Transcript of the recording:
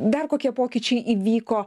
dar kokie pokyčiai įvyko